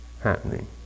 happening